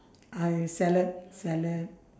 I salad salad